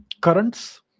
currents